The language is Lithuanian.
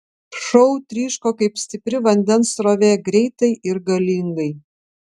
šou tryško kaip stipri vandens srovė greitai ir galingai